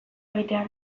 egitean